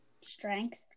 strength